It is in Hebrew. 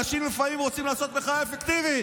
אנשים לפעמים רוצים לעשות מחאה אפקטיבית,